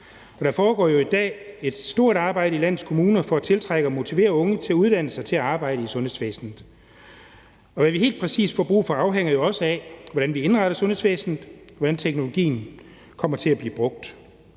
Der foregår jo i dag et stort arbejde i landets kommuner for at tiltrække og motivere unge til at uddanne sig til at arbejde i sundhedsvæsenet. Hvad vi helt præcis får brug for, afhænger jo også af, hvordan vi indretter sundhedsvæsenet, og hvordan teknologien kommer til at blive brugt.